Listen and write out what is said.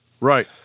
Right